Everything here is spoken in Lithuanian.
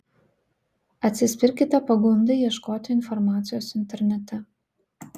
atsispirkite pagundai ieškoti informacijos internete